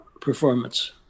performance